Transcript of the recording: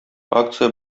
акция